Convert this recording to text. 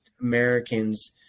Americans